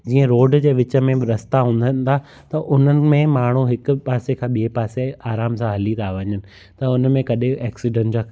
जीअं रोड जे विच में बि रस्ता हूंदा आहिनि त उन्हनि में माण्हू हिकु पासे खां ॿिए पासे आराम सां हली था वञनि त उन में कॾहिं एक्सीडेंट जा